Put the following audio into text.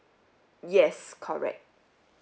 yes correct